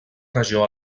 regió